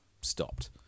stopped